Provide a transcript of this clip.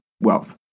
wealth